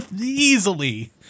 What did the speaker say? easily